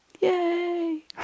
Yay